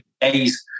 days